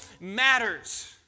matters